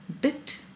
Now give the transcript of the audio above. bit